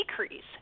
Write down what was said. decrease